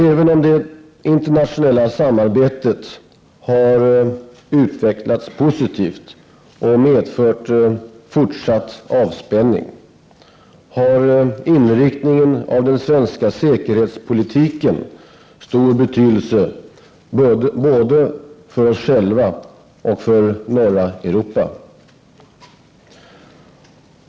Även om det internationella samarbetet har utvecklats positivt och medfört fortsatt avspänning, har inriktningen av den svenska säkerhetspolitiken stor betydelse både för oss själva och för norra Europa.